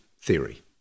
theory